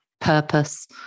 purpose